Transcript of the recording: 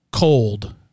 cold